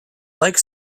like